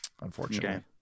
Unfortunately